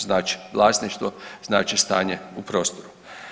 Znače vlasništvo, znače stanje u prostoru.